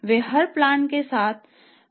वे हर प्लांट के स्थान पर नकदी रखते हैं